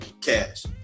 cash